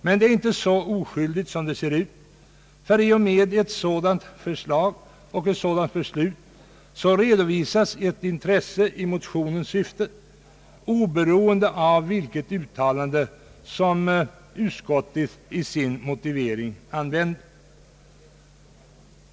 Men det är inte så oskyldigt som det ser ut, ty i och med ett sådant förslag och ett sådant beslut redovisas ett intresse i mo tionens syfte, oberoende av vilket uttalande som utskottet i sin motivering använder.